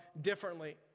differently